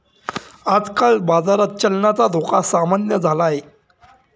आजकाल बाजारात चलनाचा धोका सामान्य झाला आहे